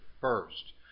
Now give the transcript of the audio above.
first